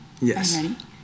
yes